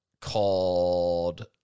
called